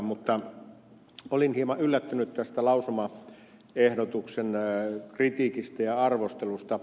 mutta olin hieman yllättynyt tästä lausumaehdotuksen kritiikistä ja arvostelusta